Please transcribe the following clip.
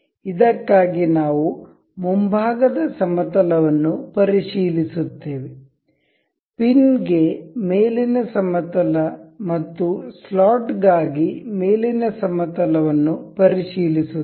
ಇದಕ್ಕಾಗಿ ನಾವು ಮುಂಭಾಗದ ಸಮತಲ ವನ್ನು ಪರಿಶೀಲಿಸುತ್ತೇವೆ ಪಿನ್ ಗೆ ಮೇಲಿನ ಸಮತಲ ಮತ್ತು ಸ್ಲಾಟ್ ಗಾಗಿ ಮೇಲಿನ ಸಮತಲ ವನ್ನು ಪರಿಶೀಲಿಸುತ್ತೇವೆ